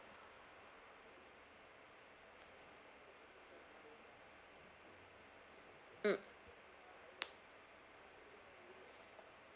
mm